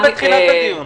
בתחילת הדיון.